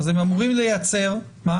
הם אמורים לייצר --- 160,000.